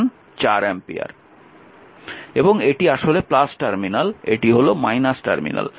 এবং এটি আসলে টার্মিনাল এটি হল টার্মিনাল